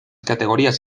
categorías